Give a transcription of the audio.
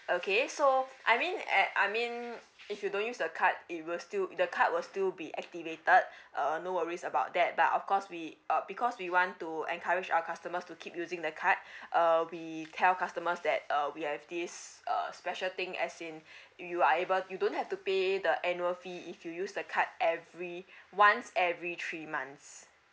okay so I mean eh I mean if you don't use the card it will still the card will still be activated uh no worries about that but of course we uh because we want to encourage our customers to keep using the card uh we tell customers that uh we have this uh special thing as in you are able you don't have to pay the annual fee if you use the card every once every three months